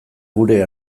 gure